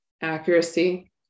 accuracy